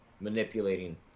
manipulating